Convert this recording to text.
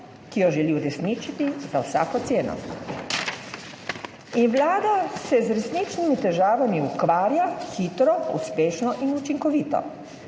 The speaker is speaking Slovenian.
ki jo želi uresničiti za vsako ceno. Vlada se z resničnimi težavami ukvarja hitro, uspešno in učinkovito.